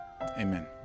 Amen